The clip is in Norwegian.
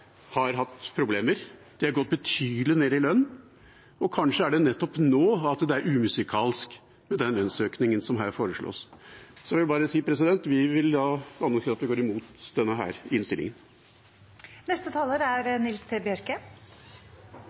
har hatt problemer. De har gått betydelig ned i lønn, og kanskje er det nettopp nå at det er umusikalsk med den lønnsøkningen som her foreslås. Så jeg vil bare si: Vi vil